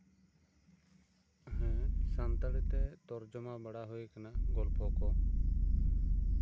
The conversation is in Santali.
ᱦᱮᱸ ᱥᱟᱱᱛᱟᱲᱤ ᱛᱮ ᱛᱚᱨᱡᱚᱢᱟ ᱵᱟᱲᱟ ᱦᱩᱭ ᱠᱟᱱᱟ ᱜᱚᱞᱯᱷᱚ ᱠᱚ